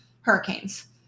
hurricanes